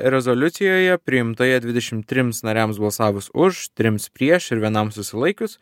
rezoliucijoje priimtoje dvidešimt trims nariams balsavus už trims prieš ir vienam susilaikius